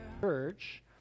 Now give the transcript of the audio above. church